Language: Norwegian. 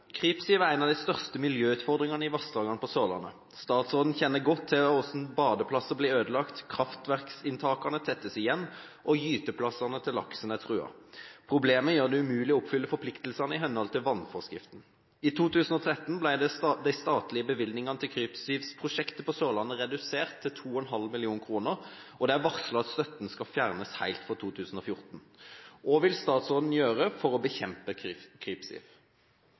er en av de største miljøutfordringene i vassdragene på Sørlandet. Statsråden kjenner godt til hvordan badeplasser blir ødelagt, kraftverksinntakene tettes igjen, og gyteplassene til laksen er truet. Problemet gjør det umulig å oppfylle forpliktelsene i henhold til vannforskriften. I 2013 ble de statlige bevilgningene til Krypsivprosjektet på Sørlandet redusert til 2,5 mill. kr, og det er varslet at støtten skal fjernes helt for 2014. Hva vil statsråden gjøre for å bekjempe